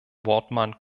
wortmann